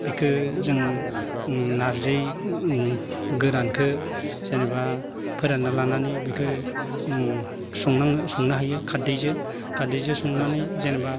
बेखौ जों नारजि गोरानखौ जेनेबा फोरानना लानानै बेखौ संनो हायो खारदैजों खारदैजों संनानै जेनेबा